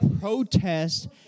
protest